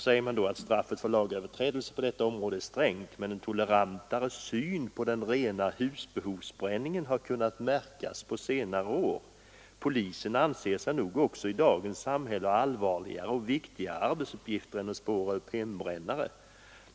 Straffet för lagöverträdelser på detta område är strängt, men en Nr 79 tolerantare syn på den rena husbehovsbränningen har kunnat märkas på Måndagen den senare år. Polisen anser sig nog också i dagens samhälle ha allvarligare och 13 maj 1974 viktigare uppgifter än att spåra upp hembrännare.